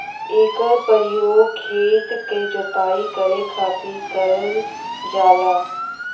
एकर परयोग खेत क जोताई करे खातिर करल जाला